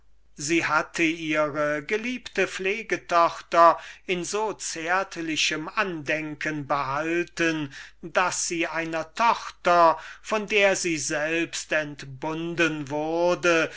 sie hatte ihre geliebte pflegtochter in so zärtlichem andenken behalten daß sie einer tochter von der sie selbst entbunden wurde